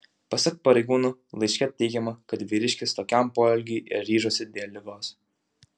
pasak pareigūnų laiške teigiama kad vyriškis tokiam poelgiui ryžosi dėl ligos